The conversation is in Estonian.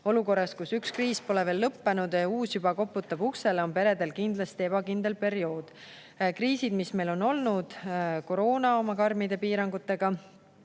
Olukorras, kus üks kriis pole veel lõppenud ja uus juba koputab uksele, on peredel kindlasti ebakindel periood. Kriisid, mis meil on olnud: koroona oma karmide piirangutega